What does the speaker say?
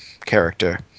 character